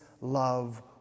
love